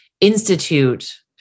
institute